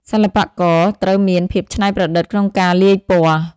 សិល្បករត្រូវមានភាពច្នៃប្រឌិតក្នុងការលាយពណ៌។